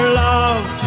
love